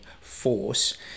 force